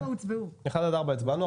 1 עד 4 הצבענו.